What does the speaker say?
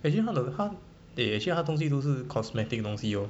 actually not the 他的他 actually 他的东西是 cosmetic 的东西 orh